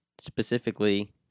specifically